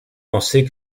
pensaient